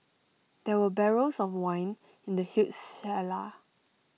there were barrels of wine in the huge cellar